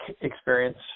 experience